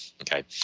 Okay